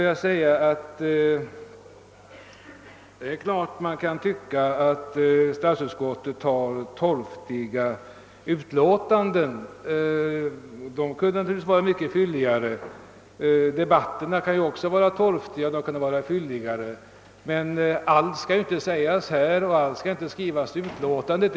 Man kan naturligtvis anse att statsutskottet har torftiga utlåtanden. Visst kunde de vara mycket fylligare. Debatterna kan ju också vara torftiga, de kunde vara fylligare. Men allt skall inte sägas här och allt skall inte skrivas i utiåtandet.